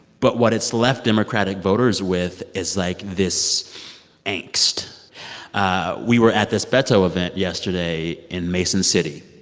but what it's left democratic voters with is, like, this angst ah we were at this beto event yesterday in mason city.